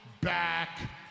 back